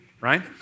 right